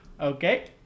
okay